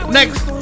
next